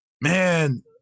man